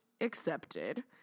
accepted